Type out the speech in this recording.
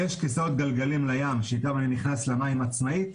יש כסאות גלגלים לים שאתם אני נכנס למים עצמאית.